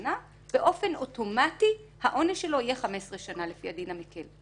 שנים באופן אוטומטי העונש שלו יהיה 15 שנים לפי הדין החדש,